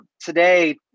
today